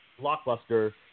blockbuster